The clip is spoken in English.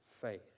faith